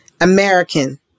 American